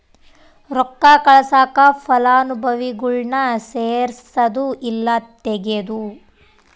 ರೊಕ್ಕ ಕಳ್ಸಾಕ ಫಲಾನುಭವಿಗುಳ್ನ ಸೇರ್ಸದು ಇಲ್ಲಾ ತೆಗೇದು